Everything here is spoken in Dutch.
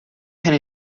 geen